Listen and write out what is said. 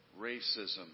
racism